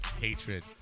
hatred